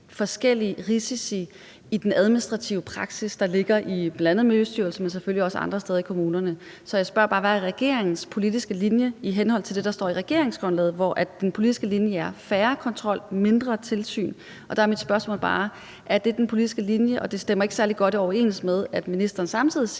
forskellige risici i den administrative praksis, der ligger i bl.a. Miljøstyrelsen, men selvfølgelig også andre steder i kommunerne. Så jeg spørger bare, hvad regeringens politiske linje er i henhold til det, der står i regeringsgrundlaget, hvor den politiske linje er: mindre kontrol, mindre tilsyn. Så mit spørgsmål er bare, om det er den politiske linje. Det stemmer ikke særlig godt overens med, at ministeren samtidig siger,